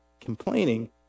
Complaining